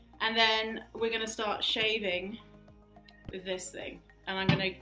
and then we're gonna start shaving with this thing and i'm gonna,